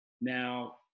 Now